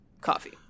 coffee